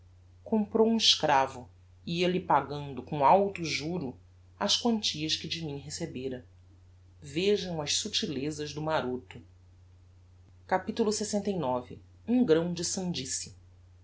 comprou um escravo e ia-lhe pagando com alto juro as quantias que de mim recebera vejam as subtilezas do maroto capitulo lxix um grão de sandice